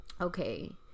okay